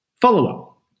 Follow-up